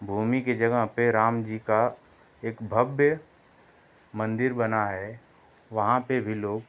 भूमी के जगह पर राम जी का एक भव्य मंदिर बना है वहाँ पर भी लोग